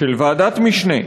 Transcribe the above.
של ועדת משנה,